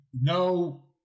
No